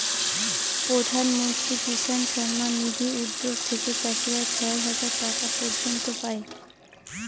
প্রধান মন্ত্রী কিষান সম্মান নিধি উদ্যাগ থেকে চাষীরা ছয় হাজার টাকা পর্য়ন্ত পাই